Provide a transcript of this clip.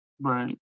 Right